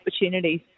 opportunities